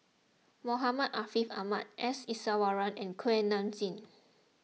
Muhammad Ariff Ahmad S Iswaran and Kuak Nam Jin